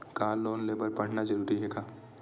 का लोन ले बर पढ़ना जरूरी हे का?